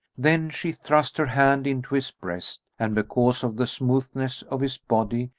then she thrust her hand into his breast and, because of the smoothness of his body,